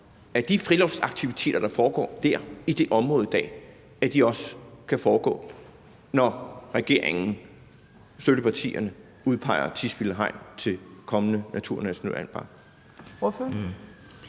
at de friluftsaktiviteter, der foregår dér i det område i dag, også kan foregå, når regeringen og støttepartierne udpeger Tisvilde Hegn til kommende naturnationalpark.